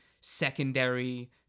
secondary